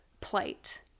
plight